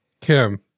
Kim